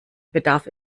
bedarf